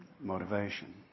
Motivation